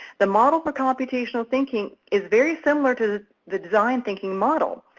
the model for computational thinking is very similar to the design thinking model.